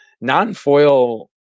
non-foil